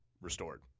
restored